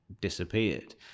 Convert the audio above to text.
disappeared